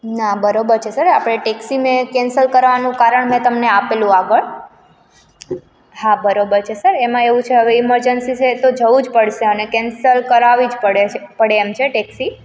ના બરોબર છે સર આપણે ટેક્સીને કેન્સલ કરાવવાનું કારણ મેં તમને આપેલું આગળ હા બરોબર છે સર એમાં એવું છે હવે ઇમરજન્સી છે તો જવું જ પડશે અને કેન્સલ કરાવવી જ પડે છે પડે એમ છે ટેક્સી